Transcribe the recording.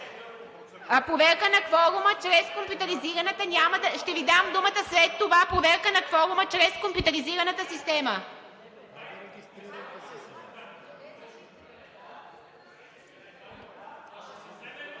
проверка на кворума чрез компютризираната система.